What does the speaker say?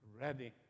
Ready